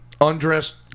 Undressed